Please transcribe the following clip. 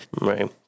right